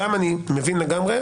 שם אני מבין לגמרי,